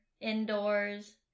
indoors